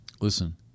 Listen